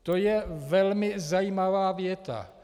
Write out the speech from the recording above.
To je velmi zajímavá věta.